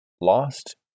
lost